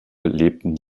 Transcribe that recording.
lebten